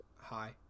hi